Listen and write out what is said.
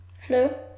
Hello